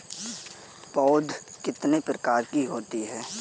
पौध कितने प्रकार की होती हैं?